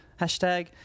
Hashtag